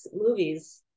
movies